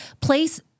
place